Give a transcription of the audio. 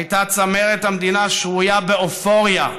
הייתה צמרת המדינה שרויה באופוריה,